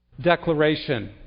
declaration